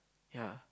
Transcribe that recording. ya